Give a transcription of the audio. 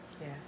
Yes